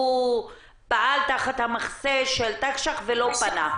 הוא פעל תחת המחסה של תקש"ח ולא פנה.